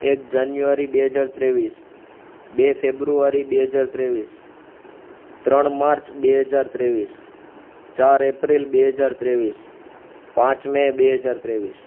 એક જાન્યુઆરી બે હજાર ત્રેવીસ બે ફેબ્રુઆરી બે હજાર ત્રેવીસ ત્રણ માર્ચ બે હજાર ત્રેવીસ ચાર એપ્રિલ બે હજાર ત્રેવીસ પાંચ મે બે હજાર ત્રેવીસ